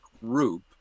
group